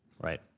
Right